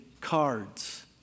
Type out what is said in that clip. cards